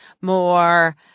more